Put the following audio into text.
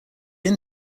then